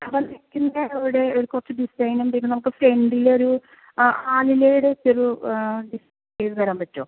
അപ്പോൾ തയ്ക്കുന്നാളോട് ഒരു കുറച്ച് ഡിസൈനെന്തേലും നമുക്ക് ഫ്രണ്ടിലൊരു ആ ആലിലേടെ ഒരു ഡിസൈന് ചെയ്ത് തരാൻ പറ്റുമോ